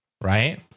right